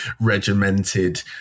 regimented